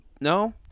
No